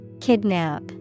Kidnap